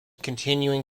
continuing